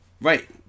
Right